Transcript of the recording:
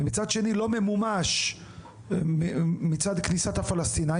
ומצד שני לא ממומש מצד כניסת הפלסטינאים.